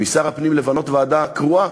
משר הפנים למנות ועדה קרואה,